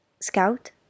Scout